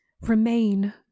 Remain